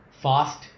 fast